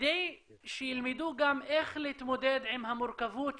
כדי שילמדו גם איך להתמודד עם המורכבות